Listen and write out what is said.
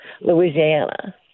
Louisiana